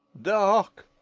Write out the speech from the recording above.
dark!